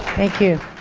thank you.